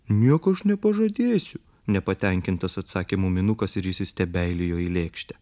nieko aš nepažadėsiu nepatenkintas atsakė muminukas ir įsistebeilijo į lėkštę